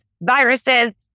viruses